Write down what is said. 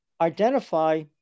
identify